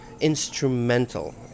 instrumental